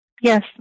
Yes